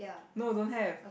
no don't have